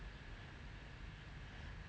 I also don't have a lot of collectibles